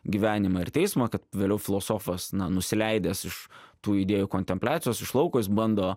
gyvenimą ir teismą kad vėliau filosofas na nusileidęs iš tų idėjų kontempliacijos iš lauko is bando